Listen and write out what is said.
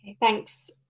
Thanks